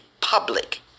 public